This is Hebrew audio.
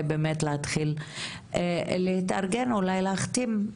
באמת להתחיל להתארגן ואולי להתחיל להחתים.